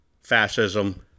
fascism